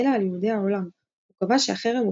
אלא על יהודי העולם." הוא קבע שהחרם הוא